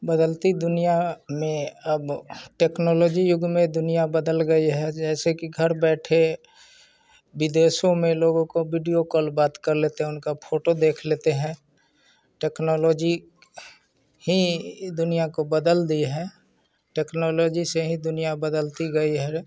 बदलती दुनिया में अब टेक्नोलॉजी युग में दुनिया बदल गई है जैसे कि घर बैठे विदेशों में लोगों को बीडियो कॉल बात कर लेते हैं उनकी फोटो देख लेते हैं टेक्नोलॉजी ही दुनिया को बदल दी है टेक्नोलॉजी से ही दुनिया बदलती गई है